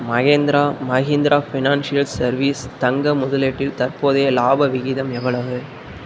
Mahindra Mahindra financial services தங்க முதலீட்டில் தற்போதைய லாப விகிதம் எவ்வளவு